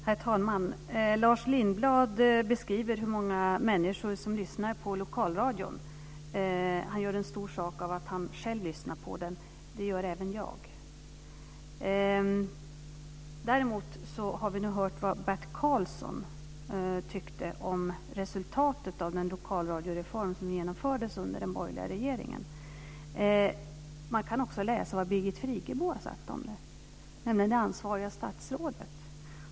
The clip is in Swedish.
Herr talman! Lars Lindblad beskriver hur många människor som lyssnar på lokalradion, och han gör en stor sak av att han själv lyssnar på den. Det gör även jag. Däremot har vi nu hört vad Bert Karlsson tyckte om resultatet av den lokalradioreform som genomfördes under den borgerliga regeringen. Man kan också läsa vad det ansvariga statsrådet Birgit Friggebo har sagt om detta.